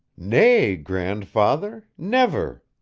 nay, grandfather never,